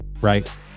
Right